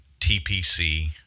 TPC